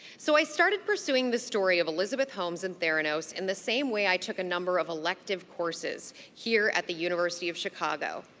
so i started pursuing the story of elizabeth holmes and theranos in the same way i took a number of elective courses here at the university of chicago,